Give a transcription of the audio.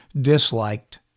disliked